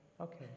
Okay